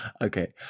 Okay